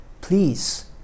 please